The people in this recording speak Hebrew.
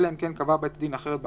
אלא אם כן קבע בית הדין אחרת בהחלטה,